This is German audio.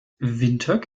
windhoek